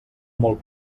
molt